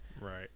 Right